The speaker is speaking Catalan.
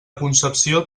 concepció